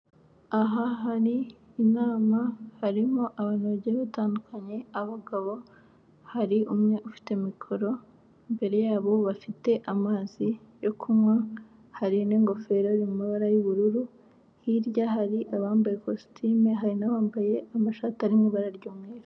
Aha hari inama harimo abantu bagiye batandukanye abagabo, hari umwe ufite mikoro imbere yabo bafite amazi yo kunywa, hari n'ingofero mu mabara y'ubururu, hirya hari abambaye ikositimu hari n'abambaye amashati ari mu ibara ry'umweru.